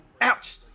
ouch